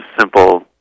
simple